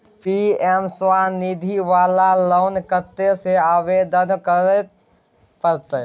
PM Svanidhi वाला loan कत्ते से आवेदन करे परतै?